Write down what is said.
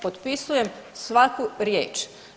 Potpisujem svaku riječ.